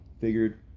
Figured